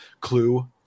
clue